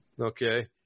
okay